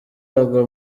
agwa